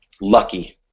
lucky